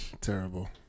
Terrible